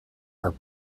are